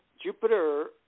Jupiter